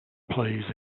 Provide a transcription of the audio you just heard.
plays